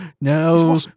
No